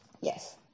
yes